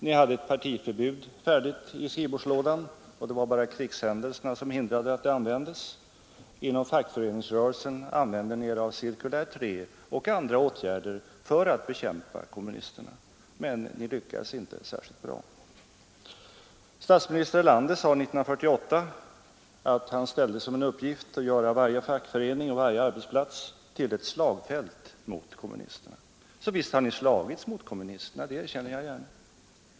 Ni hade ett partiförbud färdigt i skrivbordslådan. Det var enbart krigshändelserna som hindrade att det kom till användning. Inom fackföreningsrörelsen använde ni er av cirkulär 3 och andra åtgärder för att bekämpa kommunisterna. Men ni lyckades inte särskilt bra. Statsminister Erlander sade år 1948 att han ställde som sin uppgift att göra varje fackförening och varje arbetsplats till slagfält mot kommunisterna. Så visst har ni slagits mot kommunisterna. Det erkänner jag.